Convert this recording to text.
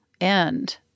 end